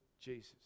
Jesus